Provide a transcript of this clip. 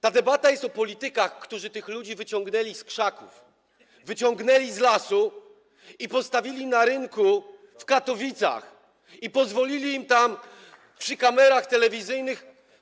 Ta debata jest o politykach, którzy tych ludzi wyciągnęli z krzaków, wyciągnęli z lasu, postawili na rynku w Katowicach i pozwolili im tam przy kamerach telewizyjnych.